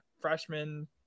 Freshman